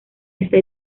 esta